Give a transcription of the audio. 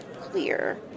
clear